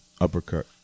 Uppercut